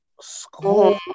school